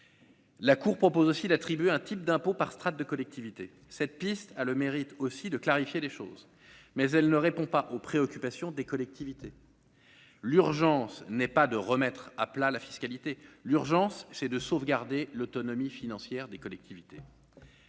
la Cour propose aussi d'attribuer un type d'impôts par strates de collectivités cette piste, a le mérite aussi de clarifier les choses, mais elle ne répond pas aux préoccupations des collectivités, l'urgence n'est pas de remettre à plat la fiscalité, l'urgence c'est de sauvegarder l'autonomie financière des collectivités,